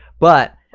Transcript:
but,